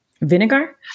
vinegar